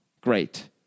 Great